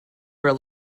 were